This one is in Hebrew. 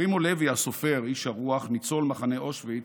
פרימו לוי, הסופר, איש הרוח, ניצול מחנה אושוויץ,